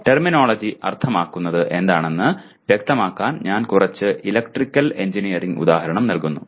terminology അർത്ഥമാക്കുന്നത് എന്താണെന്ന് വ്യക്തമാക്കാൻ ഞാൻ കുറച്ച് ഇലക്ട്രിക്കൽ എഞ്ചിനീയറിംഗ് ഉദാഹരണം നൽകുന്നു